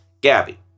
Gabby